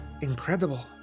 incredible